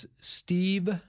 Steve